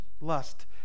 lust